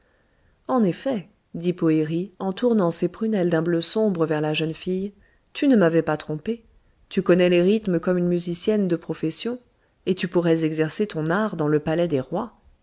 en effet dit poëri en tournant ses prunelles d'un bleu sombre vers la jeune fille tu ne m'avais pas trompé tu connais les rhythmes comme une musicienne de profession et tu pourrais exercer ton art dans le palais des rois